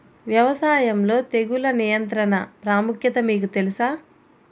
వ్యవసాయంలో తెగుళ్ల నియంత్రణ ప్రాముఖ్యత మీకు తెలుసా?